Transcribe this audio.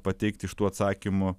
pateikti iš tų atsakymų